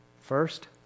First